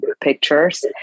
pictures